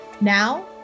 Now